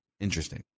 interesting